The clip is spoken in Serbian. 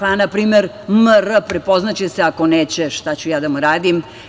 Na primer, M.R. prepoznaće se, ako neće šta ću ja da mu radim.